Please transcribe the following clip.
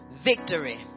Victory